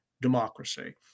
democracy